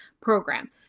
program